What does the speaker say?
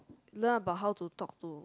learn about how to talk to